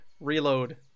reload